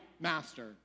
master